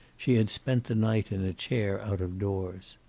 she had spent the night in a chair out of doors.